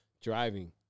driving